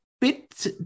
bit